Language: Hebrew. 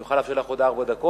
אני מוכן לאפשר לך עוד ארבע דקות.